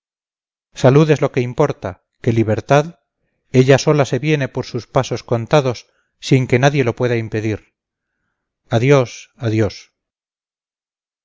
salud es lo que importa que libertad ella sola se viene por sus pasos contados sin que nadie lo pueda impedir adiós adiós